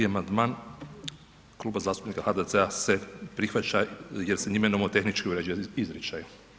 1. amandman Kluba zastupnika HDZ-a se prihvaća jer se njime nomotehnički uređuje izričaj.